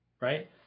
right